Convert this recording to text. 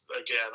again